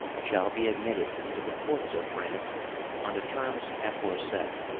shall be admitted into the ports of france on the terms aforesaid,